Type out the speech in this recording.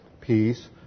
peace